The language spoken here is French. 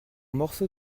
morceau